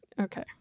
Okay